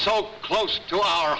so close to our